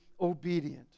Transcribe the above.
obedient